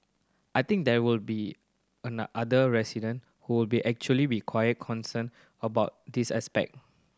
I think there will be a other resident who will be actually require concerned about this aspect